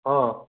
ହଁ